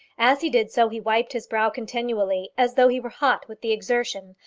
as he did so, he wiped his brow continually as though he were hot with the exertion,